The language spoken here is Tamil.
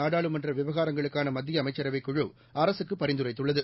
நாடாளுமன்ற விவகாரங்களுக்கான மத்திய அமைச்சரவைக் குழு அரசுக்கு பரிந்துரைத்துள்ளது